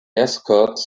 escorts